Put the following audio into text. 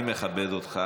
אני מכבד אותך,